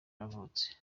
yavutse